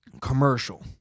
commercial